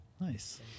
Nice